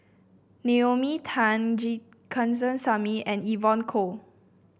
Naomi Tan G Kandasamy and Evon Kow